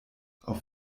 auf